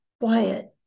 quiet